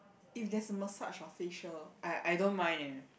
if there's a massage or facial I I don't mind leh